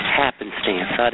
happenstance